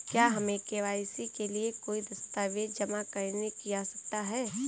क्या हमें के.वाई.सी के लिए कोई दस्तावेज़ जमा करने की आवश्यकता है?